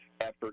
effort